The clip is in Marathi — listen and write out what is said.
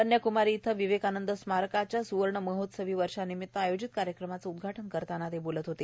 कन्याकुमारी इथं विवेकानंद स्मारकाच्या स्वर्ण महोत्सवी वर्षानिमित्त आयोजित कार्यक्रमाचं उदघाटन करताना ते बोलत होते